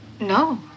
No